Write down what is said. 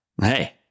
Hey